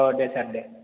दे सार दे